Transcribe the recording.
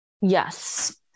Yes